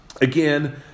again